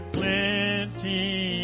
plenty